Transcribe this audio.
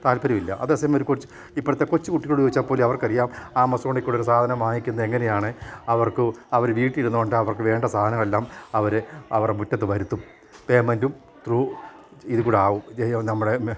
താല്പര്യമില്ല അതേസമയം ഒരു കൊച്ചു ഇപ്പോഴത്തെ കൊച്ചു കുട്ടിയോട് ചോദിച്ചാൽ പോലും അവർക്ക് അറിയാം ആമസോണിൽ കൂടെ ഒരു സാധനം വാങ്ങിക്കുന്നത് എങ്ങനെയാണ് അവർക്ക് അവർ വീട്ടിൽ ഇരുന്ന് കൊണ്ട് അവർക്ക് വേണ്ട സാധനമെല്ലാം അവർ അവർ മുറ്റത്ത് വരുത്തും പേയ്മെൻറ്റും ത്രൂ ഇത് കൂടെ ആകും നമ്മുടെ